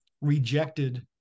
rejected